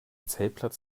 zeltplatz